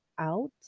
out